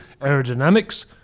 aerodynamics